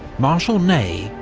marshal ney,